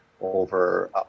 over